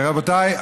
רבותיי,